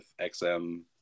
XM